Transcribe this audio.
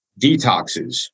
detoxes